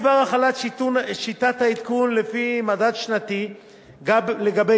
בדבר החלת שיטת העדכון לפי מדד שנתי גם לגבי